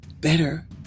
better